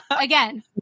Again